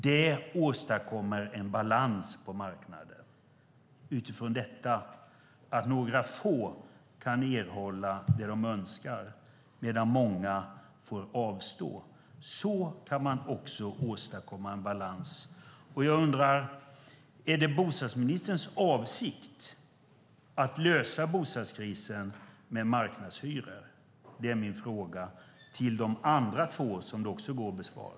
Det åstadkommer en balans på marknaden, utifrån att några få kan erhålla det de önskar medan många får avstå. Så kan man också åstadkomma en balans. Jag undrar: Är det bostadsministerns avsikt att lösa bostadskrisen med marknadshyror? Det är min fråga utöver de andra två, som det också går att besvara.